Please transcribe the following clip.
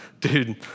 dude